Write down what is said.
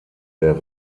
der